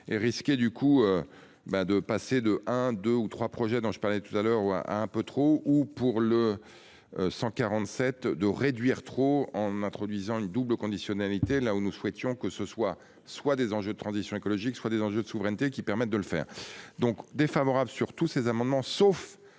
et risquer du coup. Ben de passer de un 2 ou 3 projets dont je parlais tout à l'heure où à, à un peu trop ou pour le. 147 de réduire trop en introduisant une double conditionnalité là où nous souhaitions que ce soit, soit des enjeux de transition écologique soit des enjeux de souveraineté qui permettent de le faire donc défavorable sur tous ces amendements, sauf